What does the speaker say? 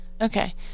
okay